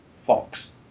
Fox